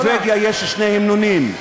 בנורבגיה יש שני המנונים.